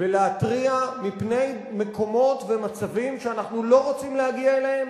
ולהתריע מפני מקומות ומצבים שאנחנו לא רוצים להגיע אליהם?